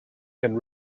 and